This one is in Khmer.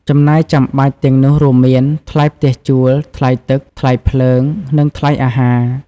ចំណាយចាំបាច់ទាំងនោះរួមមាន ថ្លៃផ្ទះជួល ថ្លៃទឹក ថ្លៃភ្លើង និងថ្លៃអាហារ។